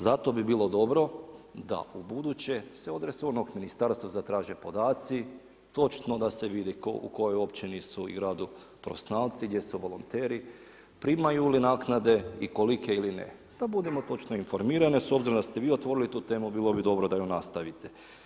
Zato bi bilo dobro da ubuduće se od resornom ministarstva zatraže podaci, točno da se vidi u kojoj općini i gradu su profesionalci, gdje su volonteri, primaju li naknade i koliko ili ne, da budemo točno informirani s obzirom da ste vi otvorili tu temu, bilo bi dobro da ju nastavite.